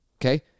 Okay